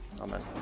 Amen